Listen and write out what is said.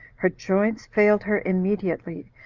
her joints failed her immediately,